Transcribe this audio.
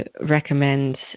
recommend